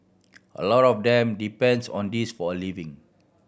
a lot of them depends on this for a living